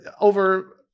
over